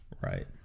Right